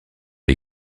les